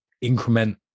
increment